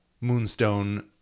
moonstone